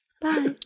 Bye